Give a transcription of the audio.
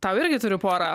tau irgi turiu porą